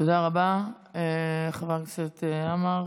תודה רבה, חבר הכנסת עמאר.